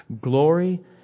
Glory